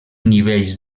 nivells